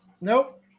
Nope